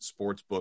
sportsbook